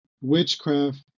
witchcraft